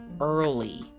early